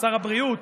שר הבריאות,